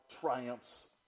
triumphs